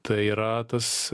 tai yra tas